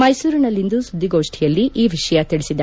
ಮೈಸೂರಿನಲ್ಲಿಂದು ಸುದ್ದಿಗೋಷ್ಠಿಯಲ್ಲಿ ಈ ವಿಷಯ ತಿಳಿಸಿದ ಸಾ